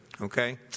okay